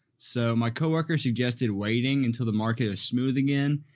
so my coworker suggested waiting until the market is smooth again,